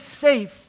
safe